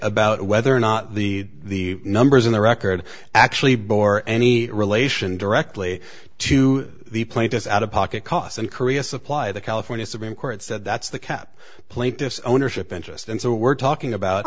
about whether or not the numbers in the record actually bore any relation directly to the plaintiffs out of pocket costs and korea supplied california supreme court said that's the cap plate this ownership interest and so we're talking about